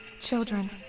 Children